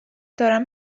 دارم